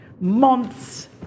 months